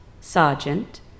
Sergeant